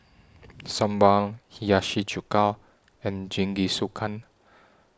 Sambar Hiyashi Chuka and Jingisukan